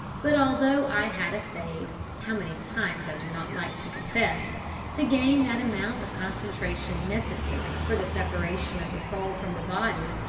but although i had essayed how many times i do not like to confess to gain that amount of concentration necessary for the separation of the soul from the body,